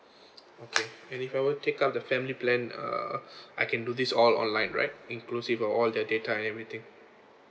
okay and if I were to take up the family plan uh I can do this all online right inclusive of all the data everything